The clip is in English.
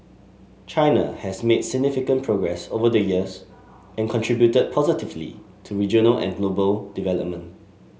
China has made significant progress over the years and contributed positively to regional and global development